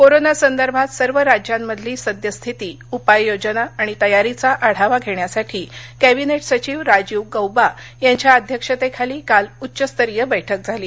corona संदर्भात सर्व राज्यांमधली सद्यस्थिती उपाययोजना आणि तयारीचा आढावा घेण्यासाठी कॅबिनेट सचिव राजीव गौबा यांच्या अध्यक्षतेखाली काल उच्चस्तरीय बैठक झाली